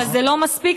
אבל זה לא מספיק,